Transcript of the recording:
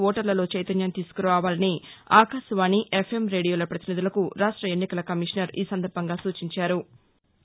ఓటర్లలో చైతన్యం తీసుకురావాలని ఆకాశవాణి ఎఫ్ఎం రేడియోల ప్రతినిధులకు రాష్ట ఎన్నికల కమిషనర్ ఈ సందర్బంగా సూచించారు